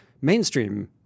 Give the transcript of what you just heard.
mainstream